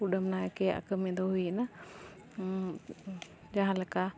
ᱠᱩᱰᱟᱹᱢ ᱱᱟᱭᱠᱮᱭᱟᱜ ᱠᱟᱹᱢᱤ ᱫᱚ ᱦᱩᱭᱮᱱᱟ ᱡᱟᱦᱟᱸ ᱞᱮᱠᱟ